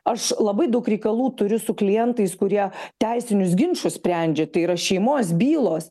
aš labai daug reikalų turiu su klientais kurie teisinius ginčus sprendžia tai yra šeimos bylos